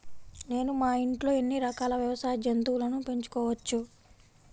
నేను మా ఇంట్లో ఎన్ని రకాల వ్యవసాయ జంతువులను పెంచుకోవచ్చు?